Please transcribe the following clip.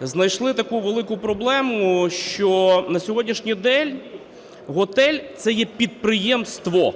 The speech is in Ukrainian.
знайшли таку велику проблему, що на сьогоднішній день готель – це є підприємство,